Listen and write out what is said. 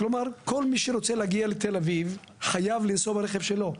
כלומר כל מי שרוצה להגיע לתל אביב חייב לנסוע ברכב שלו.